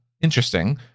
interesting